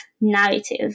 narrative